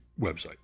website